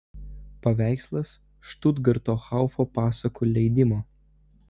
paveikslas štutgarto haufo pasakų leidimo